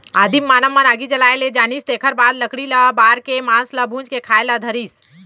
आदिम मानव मन आगी जलाए ले जानिस तेखर बाद लकड़ी ल बार के मांस ल भूंज के खाए ल धरिस